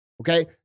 Okay